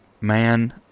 Man